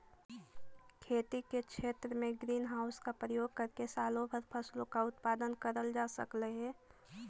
खेती के क्षेत्र में ग्रीन हाउस का प्रयोग करके सालों भर फसलों का उत्पादन करल जा सकलई हे